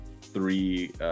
three